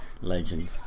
legend